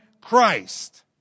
Christ